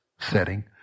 setting